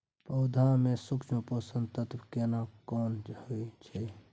पौधा में सूक्ष्म पोषक तत्व केना कोन होय छै?